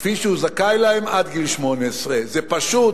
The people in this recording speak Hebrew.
כפי שהוא זכאי להן עד גיל 18. זה פשוט,